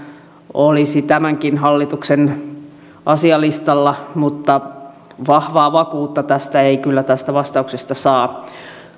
tämänkin hallituksen asialistalla mutta vahvaa vakuutta ei kyllä tästä vastauksesta saa